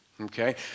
Okay